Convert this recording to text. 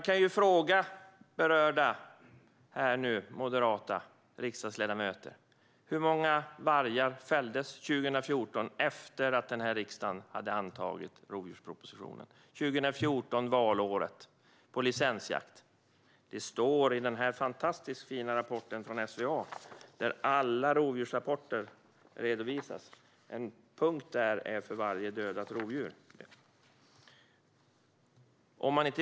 Låt mig fråga berörda moderata riksdagsledamöter: Hur många vargar fälldes på licensjakt valåret 2014, efter att riksdagen hade antagit rovdjurspropositionen? I den fantastiskt fina rapporten från SVA finns en karta där varje punkt är ett dödat rovdjur.